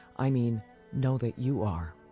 i mean know that you are.